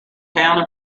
town